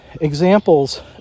examples